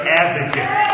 advocate